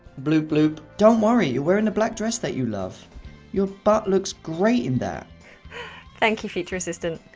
bloop bloop don't worry you wearing that black dress that you love your butt looks great in that thank you future assistant!